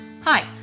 Hi